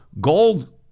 gold